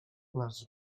les